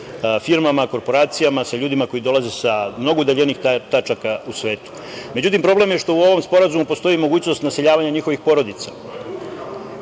firmama, korporacijama, sa ljudima koji dolaze sa mnogo udaljenijih tačaka u svetu.Međutim, problem je što u ovom sporazumu postoji mogućnost naseljavanja njihovih porodica.